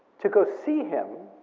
to go see him,